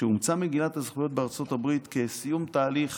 כשאומצה מגילת הזכויות בארצות הברית כסיום תהליך